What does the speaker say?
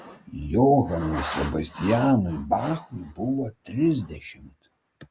johanui sebastianui bachui buvo trisdešimt